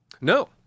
No